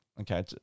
okay